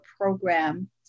program